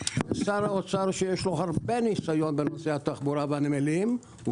שר האוצר שיש לו הרבה ניסיון בנושא התחבורה והנמלים הוא